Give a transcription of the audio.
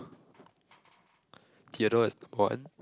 Theodore is one